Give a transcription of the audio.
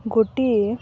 ଗୋଟିଏ